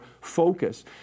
focus